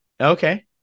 Okay